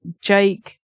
jake